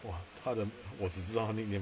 !wah! 她的我只知道她的 nickname